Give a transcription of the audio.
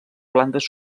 plantes